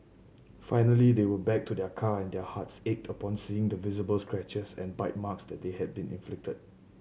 finally they went back to their car and their hearts ached upon seeing the visible scratches and bite marks that had been inflicted